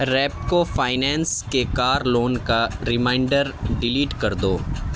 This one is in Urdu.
ریپکو فائنینس کے کار لون کا ریمائینڈر ڈیلیٹ کر دو